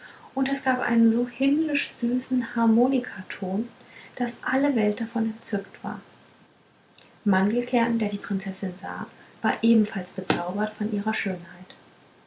und das gab einen so himmlisch süßen harmonikaton daß alle welt davon entzückt war mandelkern der die prinzessin sah war ebenfalls bezaubert von ihrer schönheit